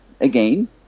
again